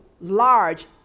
large